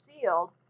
sealed